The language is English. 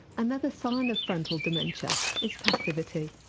another sign of frontal dementia is passivity.